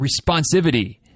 responsivity